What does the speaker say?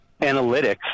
analytics